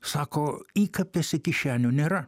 sako įkapėse kišenių nėra